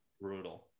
brutal